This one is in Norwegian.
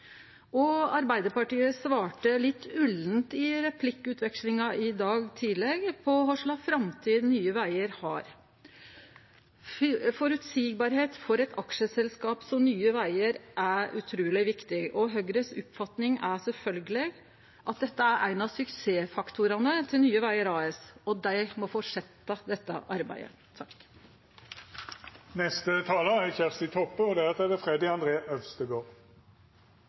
Og Arbeidarpartiet svarte litt ullent i replikkvekslinga i dag tidleg på kva for framtid Nye Vegar har. Føreseielegheit for eit aksjeselskap som Nye Vegar er utruleg viktig, og Høgres oppfatning er sjølvsagt at dette er ein av suksessfaktorane til Nye Vegar AS, og dei må fortsetje dette arbeidet.